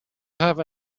have